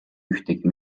ühtegi